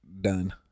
Done